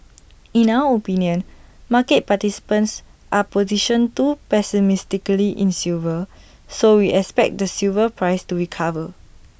in our opinion market participants are positioned too pessimistically in silver so we expect the silver price to recover